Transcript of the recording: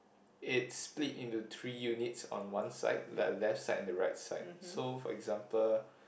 it's spilt into three units on one side like left side and the right side so for example